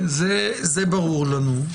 זה ברור לנו.